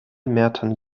metern